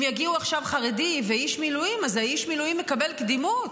אם יגיעו עכשיו חרדי ואיש מילואים אז איש המילואים מקבל קדימות.